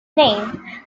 name